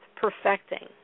perfecting